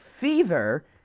fever